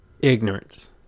Ignorance